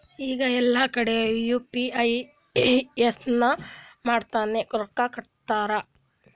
ಈಗ ಎಲ್ಲಾ ಕಡಿ ಯು ಪಿ ಐ ಸ್ಕ್ಯಾನ್ ಮಾಡಿನೇ ರೊಕ್ಕಾ ಕೊಡ್ಲಾತಾರ್